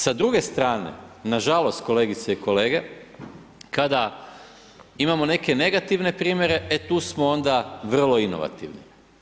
Sa druge strane, nažalost, kolegice i kolege, kada imamo neke negativne primjere, e tu smo onda vrlo inovativni.